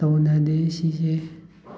ꯇꯧꯅꯗꯦ ꯁꯤꯁꯦ